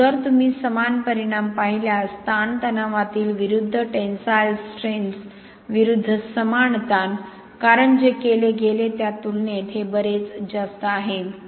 आणि जर तुम्ही समान परिणाम पाहिल्यास ताणतणावातील विरुद्ध टेन्साइलस्ट्रेन्थ्स विरुद्ध समान ताण कारण जे केले गेले त्या तुलनेत हे बरेच जास्त आहे